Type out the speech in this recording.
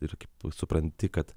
ir kaip supranti kad